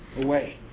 away